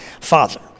Father